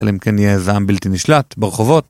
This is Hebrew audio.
אלא אם כן יהיה זעם בלתי נשלט ברחובות.